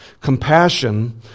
compassion